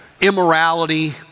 immorality